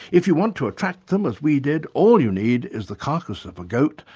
if you want to attract them, as we did, all you need is the carcass of a goat,